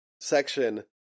section